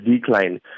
decline